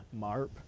Marp